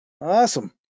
Awesome